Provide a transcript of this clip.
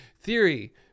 theory